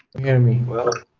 hear me well?